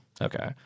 Okay